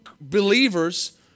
believers